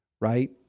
right